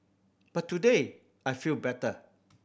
but today I feel better